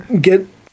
get